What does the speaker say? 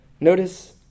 Notice